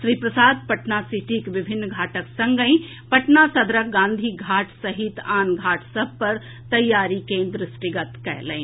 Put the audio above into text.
श्री प्रसाद पटना सिटीक विभिन्न घाटक संगहि पटना सदरक गांधी घाट सहित आन घाट सभ पर तैयारी कें द्रष्टिगत कएलनि